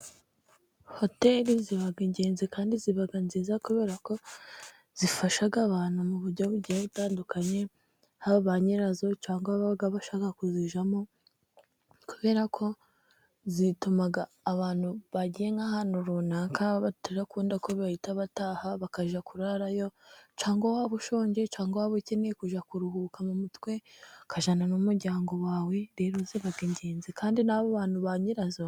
Hoteli ziba ingenzi kandi ziba nziza kubera ko zifasha abantu mu buryo bugiye butandukanye haba ba nyirazo cyangwa ababa bashaka kuzijyamo kubera ko zituma abantu bagiye nk'ahantu runaka bidakunda ko bahita bataha bakajya kurarayo, cyangwa waba ushonje cyangwa waba ukeneye kujya kuruhuka mu mutwe ukajyana n'umuryango wawe. Rero ziba ingenzi kandi n' abo bantu ba nyirazo...